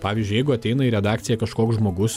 pavyzdžiui jeigu ateina į redakciją kažkoks žmogus